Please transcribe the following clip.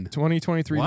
2023